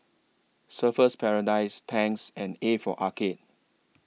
Surfer's Paradise Tangs and A For Arcade